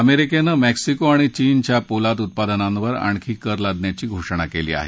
अमेरिकेनं मेक्सिको आणि चीनच्या पोलाद उत्पादनांवर आणखी कर लादण्याची घोषणा केली आहे